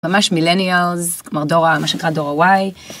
ממש מילניאלז, כלומר דור ה.. מה שנקרא, דור הוואי